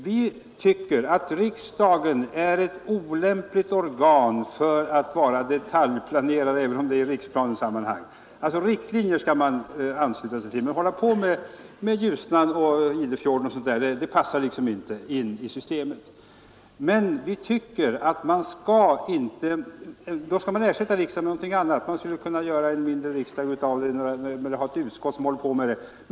Vi tycker att riksdagen är ett olämpligt organ för att vara detaljplanerare, även om det är i riksplanesammanhang. Riktlinjer skall riksdagen uttala sig om, men att hålla på med Ljusnan, Idefjorden osv. passar inte in i systemet. Därför kunde man ersätta riksdagen med något annat en mindre riksdag eller ett särskilt utskott.